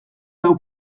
lau